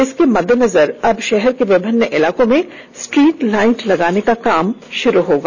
इसके मद्देनजर अब शहर के विभिन्न इलाकों में स्ट्रीट लाइट लगाने का काम शुरू होगा